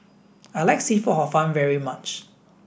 I like seafood hor fun very much